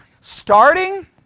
Starting